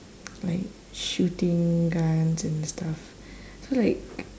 like shooting guns and stuff so like